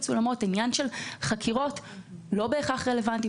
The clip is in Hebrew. עניין של חקירות בעבירות מצולמות הוא לא בהכרח רלוונטי.